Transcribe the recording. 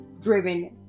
driven